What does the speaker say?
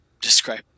describe